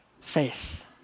faith